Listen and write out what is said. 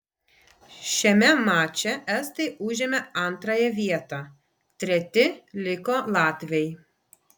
šiame mače estai užėmė antrąją vietą treti liko latviai